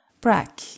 Brack